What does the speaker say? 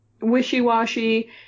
wishy-washy